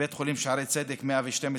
בבית החולים שערי צדק, 112%,